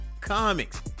comics